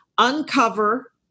uncover